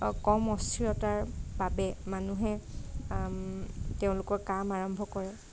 কম অস্থিৰতাৰ বাবে মানুহে তেওঁলোকৰ কাম আৰম্ভ কৰে